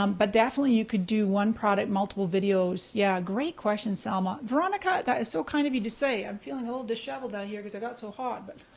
um but definitely, you could do one product, multiple videos, yeah, great question selma. veronica, that is so kind of you to say. i'm feeling a little disheveled ah here cause it got so hot. but